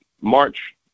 March